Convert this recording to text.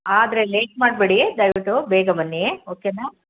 ಆದರೆ ಲೇಟ್ ಮಾಡಬೇಡಿ ದಯವಿಟ್ಟು ಬೇಗ ಬನ್ನಿ ಓಕೆನ